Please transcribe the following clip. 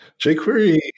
jQuery